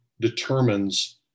determines